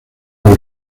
del